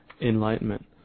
enlightenment